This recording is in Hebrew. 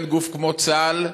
שאין גוף כמו צה"ל,